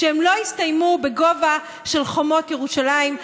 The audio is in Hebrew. שהן לא יסתיימו בגובה של חומות ירושלים.